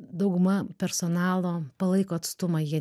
dauguma personalo palaiko atstumą jie